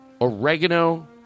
oregano